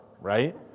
right